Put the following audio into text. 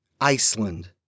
Iceland